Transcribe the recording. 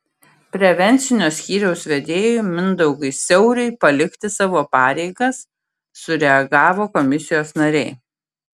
prevencinio skyriaus vedėjui mindaugui siauriui palikti savo pareigas sureagavo komisijos nariai